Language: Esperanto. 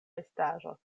estaĵo